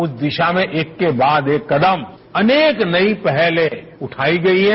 उस दिशा में एक के बाद एक कदम अनक नई पहलें उठाई गई है